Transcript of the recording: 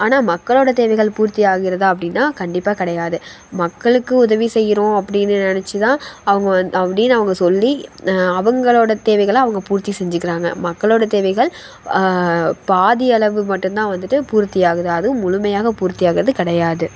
ஆனால் மக்களோடய தேவைகள் பூர்த்தியாகிறதா அப்படின்னா கண்டிப்பாக கிடையாது மக்களுக்கு உதவி செய்யறோம் அப்படின்னு நினச்சிதான் அவங்க வந் அப்படின்னு அவங்க சொல்லி அவங்களோட தேவைகள அவங்க பூர்த்தி செஞ்சுக்கிறாங்க மக்களோடய தேவைகள் பாதியளவு மட்டும்தான் வந்துட்டு பூர்த்தியாகுது அதுவும் முழுமையாக பூர்த்தியாகிறது கெடையாது